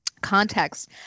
context